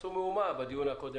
עשו מהומה בדיון הקודם,